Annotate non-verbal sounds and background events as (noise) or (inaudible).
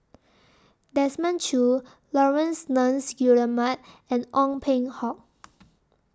Desmond Choo Laurence Nunns Guillemard and Ong Peng Hock (noise)